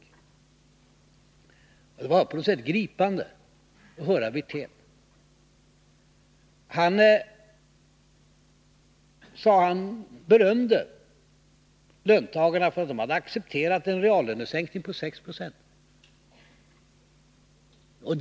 Det var på något sätt gripande att höra Rolf Wirtén när han sade att han berömde löntagarna för att de hade accepterat en reallönesänkning på 6 96.